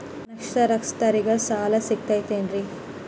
ಅನಕ್ಷರಸ್ಥರಿಗ ಸಾಲ ಸಿಗತೈತೇನ್ರಿ?